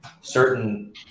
certain